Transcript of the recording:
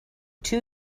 too